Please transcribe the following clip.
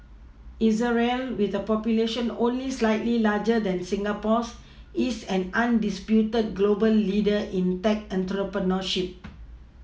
israel with a population only slightly larger than Singapore's is an undisputed global leader in tech entrepreneurship